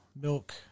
milk